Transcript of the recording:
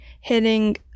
hitting